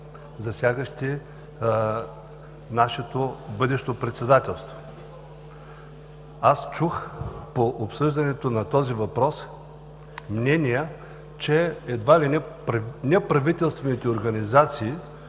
засягащи нашето бъдещо председателство. По обсъждането на този въпрос чух мнения, че едва ли не неправителствените организации